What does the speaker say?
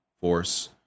Force